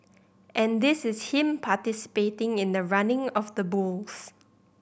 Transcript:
and this is him participating in the running of the bulls